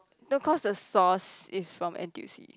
no cause the sauce is from N_T_U C